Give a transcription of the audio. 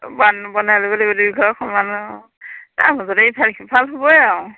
তাৰ মাজতে ইফাল সিফাল হ'বই আৰু